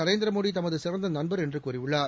நரேந்திரமோடி தமது சிறந்த நண்பர் என்று கூறியுள்ளார்